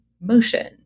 motion